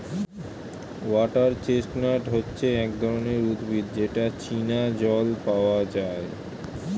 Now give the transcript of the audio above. water chestnut হচ্ছে এক ধরনের উদ্ভিদ যেটা চীনা জল পাওয়া যায়